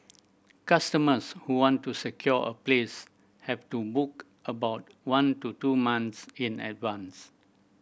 customers who want to secure a place have to book about one to two month in advance